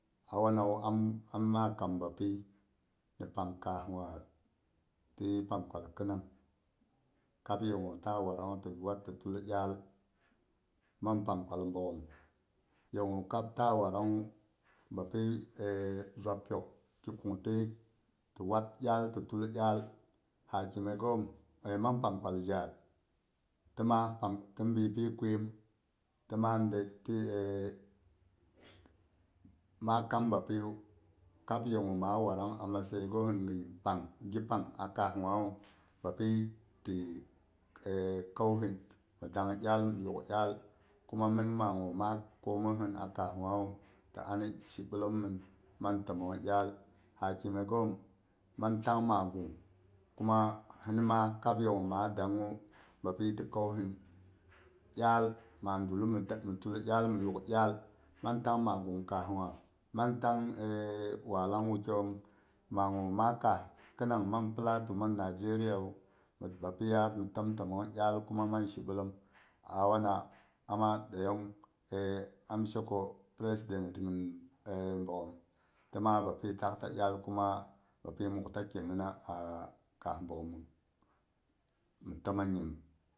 A wanawu am ma kam bapi ni pang kaah gwa ti pang kwal khinnang, kab ye gu ta wannang ti watti tull iyal mang pangkwal bogghom ye gu kab ta waranguh bapi te zwab piyok ki kungti ti wad iyal ti tull iyal hakimai ghom mang pankwal jhar tima pang tin bi pi kuyim ti ma dai ti ma kam bapiyu kab yegu ma warang a matsayi go sintun gi pang a kaasgwawu bapi ti eh kausin mhi dang iyal mhi yugh iyal kuma mi magu ma kum mosin a kaas gwawu ti ani shi ɓellom mhim man timong iyal hakimai ghom man tang ma gung kuma hin ma kab ye gu ma dang uh bapi ti kauhin iyal mu tull iyal mhi yug iyal man tang ma gung kaah gwa man tang wallang wukyaiyom maguma kaah khinang mang plateau mang nigeria bapi yad mhi tim timong iyal man shi ɓellon wana amma ɗeyong am sheke president him eh bogghom ma bapi takta iyal kuma bapi mukta keminna a kaah bogghom,